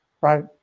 Right